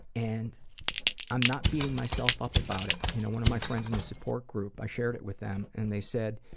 and i'm not beating myself up about it. you know, one of my friends in the support group, i shared it with them, and they said,